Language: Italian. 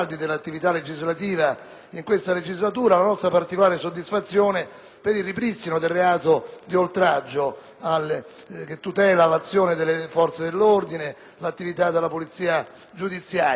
per il ripristino del reato di oltraggio, che tutela l'azione delle forze dell'ordine e l'attività della polizia giudiziaria. Già gli interventi del senatore Benedetti Valentini